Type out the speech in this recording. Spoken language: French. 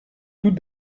tout